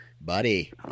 Buddy